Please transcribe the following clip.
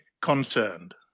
concerned